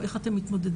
או איך אתם מתמודדים,